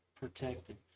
protected